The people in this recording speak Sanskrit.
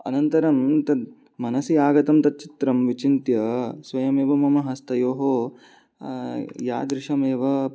अनन्तरं तद् मनसि आगतं तद् चित्रं विचिन्त्य स्वयमेव मम हस्तयोः यादृशमेव